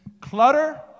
clutter